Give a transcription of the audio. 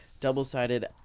double-sided